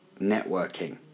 networking